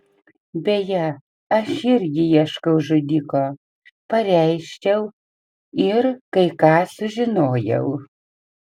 beje aš irgi ieškau žudiko pareiškiau ir kai ką sužinojau